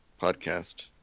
podcast